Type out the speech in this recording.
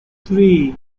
three